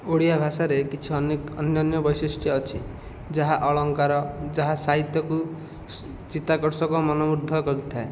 ଓଡ଼ିଆ ଭାଷାରେ କିଛି ଅନେକ ଅନ୍ୟାନ୍ୟ ବୈଶିଷ୍ଟ୍ୟ ଅଛି ଯାହା ଅଳଙ୍କାର ଯାହା ସାହିତ୍ୟକୁ ଚିତାକର୍ଷକ ମନମୁଗ୍ଧ କରିଥାଏ